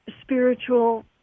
spiritual